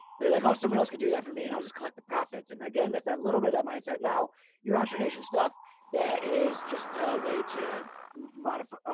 they're like, oh, someone else could do that for me. and i'll just collect the profits. and again, that's that little of that mindset now your entre nation stuff that is just a way to modify,